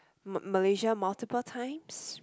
M~ Malaysia multiple times